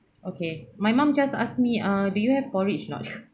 okay my mum just ask me uh do you have porridge or not